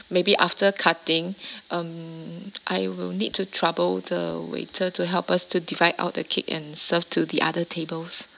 maybe after cutting um I will need to trouble the waiter to help us to divide out the cake and serve to the other tables